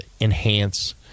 enhance